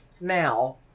Now